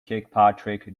kirkpatrick